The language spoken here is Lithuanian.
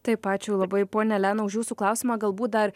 taip ačiū labai ponia elena už jūsų klausimą galbūt dar